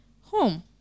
home